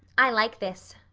i like this,